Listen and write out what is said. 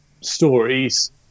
stories